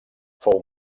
fou